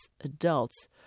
adults